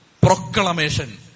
proclamation